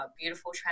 beautiful